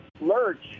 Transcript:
Lurch